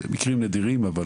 מקרים נדירים אבל